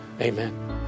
Amen